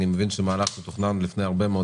אני מבין שהוא מהלך שתוכנן כבר לפני הרבה מאוד